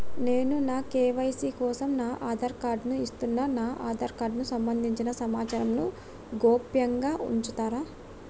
నేను నా కే.వై.సీ కోసం నా ఆధార్ కార్డు ను ఇస్తున్నా నా ఆధార్ కార్డుకు సంబంధించిన సమాచారంను గోప్యంగా ఉంచుతరా?